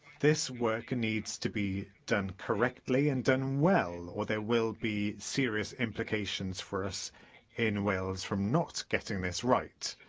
this work needs to be done correctly and done well, or there will be serious implications for us in wales from not getting this right.